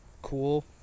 cool